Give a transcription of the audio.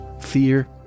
fear